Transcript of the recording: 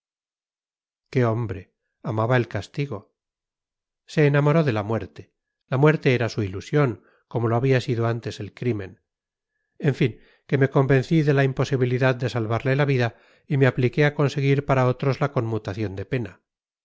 qué hombre amaba el castigo se enamoró de la muerte la muerte era su ilusión como lo había sido antes el crimen en fin que me convencí de la imposibilidad de salvarle la vida y me apliqué a conseguir para otros la conmutación de pena